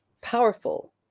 powerful